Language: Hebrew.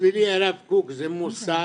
בשבילי הרב קוק זה מוסד